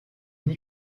n’y